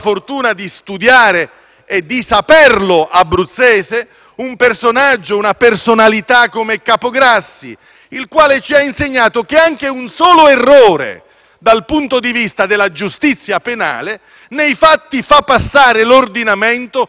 e di saperlo abruzzese - un personaggio, una personalità come Capograssi, il quale ci ha insegnato che anche un solo errore dal punto di vista della giustizia penale nei fatti fa passare l'ordinamento come erroneo.